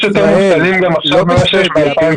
יש יותר מובטלים גם עכשיו משהיו ב-2019.